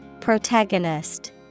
Protagonist